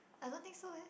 I don't think so eh